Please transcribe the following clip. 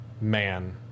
man